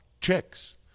chicks